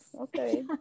Okay